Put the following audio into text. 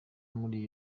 muri